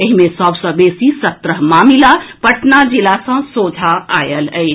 एहि मे सभ सँ बेसी सत्रह मामिला पटना जिला सँ सोझा आयल अछि